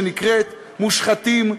שנקראת: מושחתים,